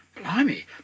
Blimey